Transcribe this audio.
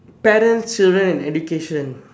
parents children and education